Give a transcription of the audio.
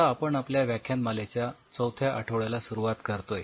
आता आपण आपल्या व्याख्यानमालेच्या चौथ्या आठवड्याला सुरुवात करतोय